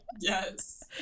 Yes